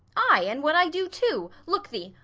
ay, and what i do too look thee,